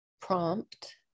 prompt